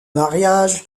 mariage